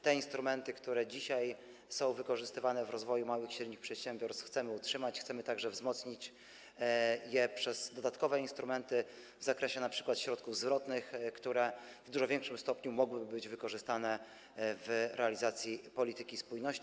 Te instrumenty, które dzisiaj są wykorzystywane w rozwoju małych i średnich przedsiębiorstw, chcemy utrzymać, chcemy także wzmocnić je przez dodatkowe instrumenty w zakresie np. środków zwrotnych, które w dużo większym stopniu mogłyby być wykorzystane w realizacji polityki spójności.